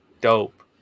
dope